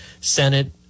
Senate